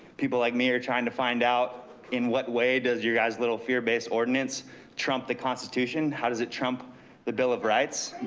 people like me are trying to find out in what way does your guys' little fear-based ordinance trump the constitution? how does it trump the bill of rights,